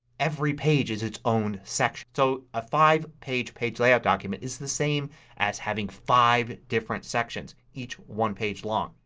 every page is its own section. so a five page page layout document is the same as having five different sections, each one page long.